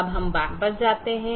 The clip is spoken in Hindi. अब हम वापस जाते हैं